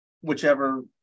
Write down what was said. whichever